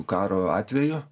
karo atveju